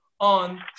On